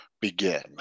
begin